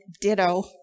ditto